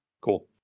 cool